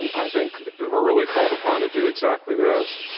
um i think we're really called upon to do exactly this,